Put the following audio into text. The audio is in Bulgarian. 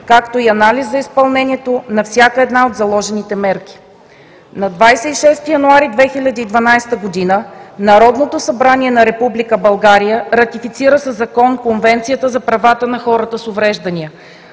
както и анализ за изпълнението на всяка една от заложените мерки. На 26 януари 2012 г. Народното събрание на Република България ратифицира със закон Конвенцията за права на хората с увреждания.